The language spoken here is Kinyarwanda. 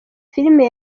filime